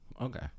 Okay